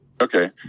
Okay